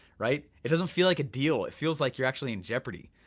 right? it doesn't feel like a deal, it feels like you're actually in jeopardy,